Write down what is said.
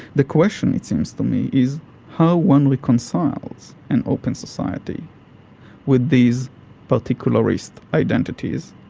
the question, it seems to me, is how one reconciles an open society with these particularised identities,